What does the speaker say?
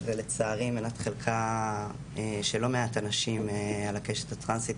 שלצערי זו מנת חלקם של לא מעט אנשים על הקשת הטרנסית,